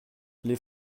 les